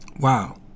Wow